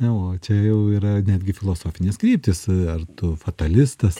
o čia jau yra netgi filosofinės kryptys ar tu fatalistas